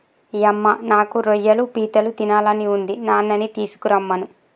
యమ్మ నాకు రొయ్యలు పీతలు తినాలని ఉంది నాన్ననీ తీసుకురమ్మను